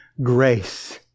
grace